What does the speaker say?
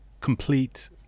complete